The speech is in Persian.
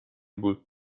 بود